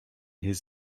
his